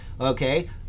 Okay